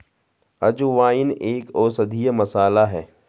अजवाइन एक औषधीय मसाला है